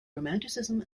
romanticism